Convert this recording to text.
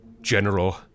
General